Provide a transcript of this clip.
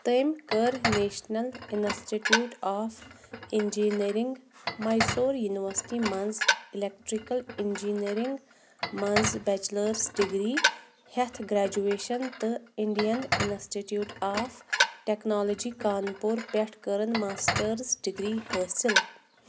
تٔمۍ کٔر national institute of engineering Mysore university منٛز ایٚلیٚکٹِرٛکل اِنجِنیرِنٛگ منٛز بیٚچلٲرٕس ڈِگری ہیٚتھ گرٛیجویشَن تہٕ Indian institute of technology Kanpur پیٚٹھ كٔرٕن ماسٹٲرٕس ڈِگری حٲصِل